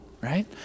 right